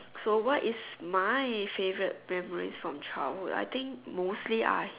so what is my favorite memories from childhood I think mostly I